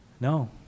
No